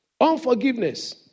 Unforgiveness